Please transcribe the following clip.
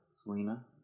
Selena